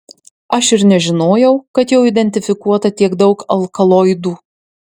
aš ir nežinojau kad jau identifikuota tiek daug alkaloidų